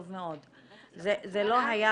זה לא היה